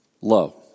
low